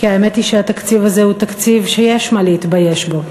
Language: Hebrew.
כי האמת היא שהתקציב הזה הוא תקציב שיש מה להתבייש בו.